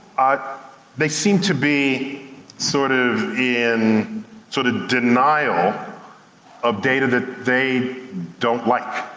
ah but they seem to be sort of in sort of denial of data that they don't like.